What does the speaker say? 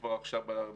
היה בעל מסעדה?